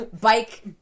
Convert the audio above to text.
bike